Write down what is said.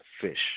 fish